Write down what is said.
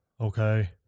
Okay